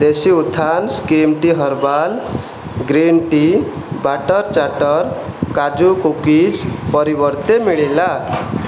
ଦେଶୀ ଉତ୍ଥାନ ସ୍କିମ୍ ଟି herbal green tea butter chatter କାଜୁ କୁକିଜ୍ ପରିବର୍ତ୍ତେ ମିଳିଲା